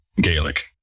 gaelic